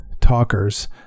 talkers